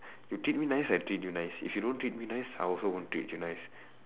you treat me nice I treat you nice if you don't treat me nice I also won't treat you nice